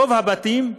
רוב הבתים,